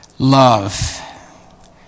Love